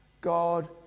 God